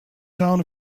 down